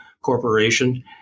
Corporation